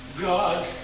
God